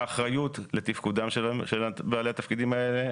האחריות לתפקודם של בעלי התפקידים האלה,